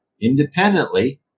independently